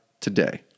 today